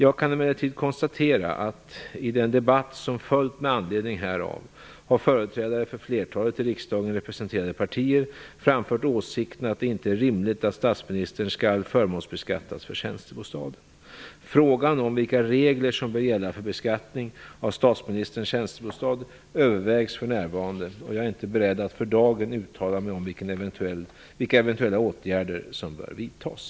Jag kan emellertid konstatera att i den debatt som följt med anledning härav har företrädare för flertalet i riksdagen representerade partier framfört åsikten att det inte är rimligt att statsministern skall förmånsbeskattas för tjänstebostaden. Frågan om vilka regler som bör gälla för beskattning av statsministerns tjänstebostad övervägs för närvarande, och jag är inte beredd att för dagen uttala mig om vilka eventuella åtgärder som bör vidtas.